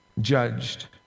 judged